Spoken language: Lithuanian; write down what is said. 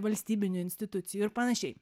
valstybinių institucijų ir panašiai